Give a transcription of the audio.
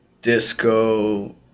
disco